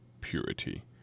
purity